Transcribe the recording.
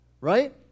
Right